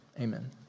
Amen